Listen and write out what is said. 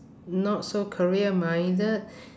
not so career minded